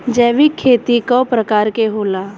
जैविक खेती कव प्रकार के होला?